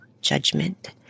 judgment